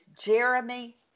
Jeremy